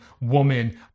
woman